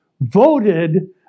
voted